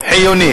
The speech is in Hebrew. חיוני.